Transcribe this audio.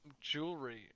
jewelry